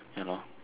ya lor